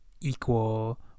equal